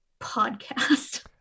podcast